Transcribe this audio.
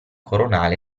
coronale